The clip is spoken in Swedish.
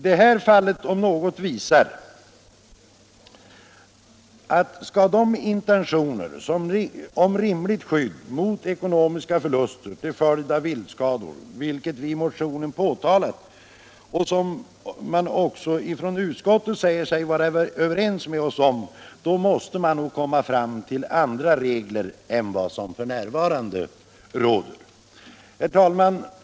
Detta fall om något visar att man, för att förverkliga de intentioner om rimligt skydd mot ekonomiska förluster till följd av viltskador som vi i motionen förespråkar och som också utskottet säger sig vara överens med oss om, nog måste komma fram till andra regler än de som f.n. gäller. Herr talman!